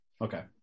okay